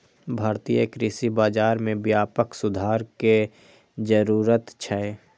भारतीय कृषि बाजार मे व्यापक सुधार के जरूरत छै